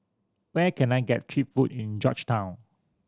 where can I get cheap food in Georgetown